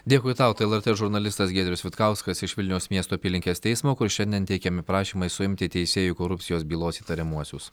dėkui tau tai lrt žurnalistas giedrius vitkauskas iš vilniaus miesto apylinkės teismo kur šiandien teikiami prašymai suimti teisėjų korupcijos bylos įtariamuosius